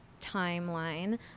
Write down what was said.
timeline